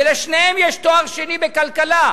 ולשניהם יש תואר שני בכלכלה,